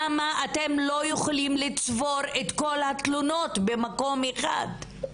למה אתם לא יכולים לצבור את כל התלונות במקום אחד?